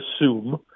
assume